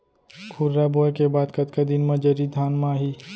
खुर्रा बोए के बाद कतका दिन म जरी धान म आही?